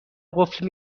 قفل